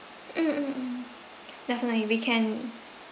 mm mm mm definitely we can